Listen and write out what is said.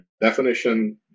definition